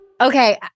Okay